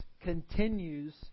continues